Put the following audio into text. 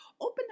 open